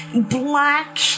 Black